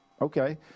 Okay